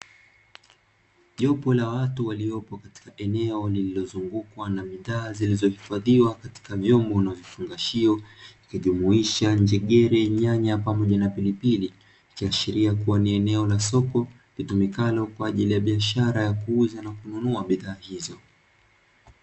Jopo la watu waliopo katika eneo lililozungukwa na bidhaa zilizohifadhiwa katika vyombo na vifungashio, ikijumuisha njegere, nyanya pamoja na pilipili, ikiashiria kuwa ni eneo la soko, litumikalo kwa ajili ya biashara ya kuuza na kununua bidhaa hizo.